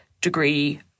degree